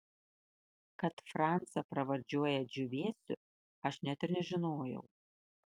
kad francą pravardžiuoja džiūvėsiu aš net ir nežinojau